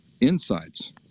insights